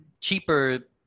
cheaper